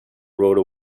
rode